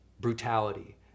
brutality